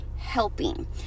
helping